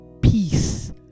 peace